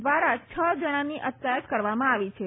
દ્વારા છ જણાની અટકાયત કરવામાં આવી છે